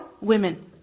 women